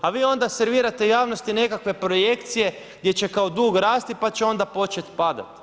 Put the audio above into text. A vi onda servirate javnosti nekakve projekcije gdje će kao dug rasti pa će onda početi padati.